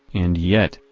and yet,